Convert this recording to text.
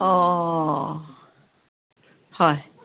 অঁ হয়